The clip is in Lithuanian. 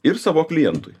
ir savo klientui